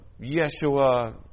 Yeshua